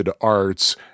arts